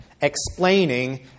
explaining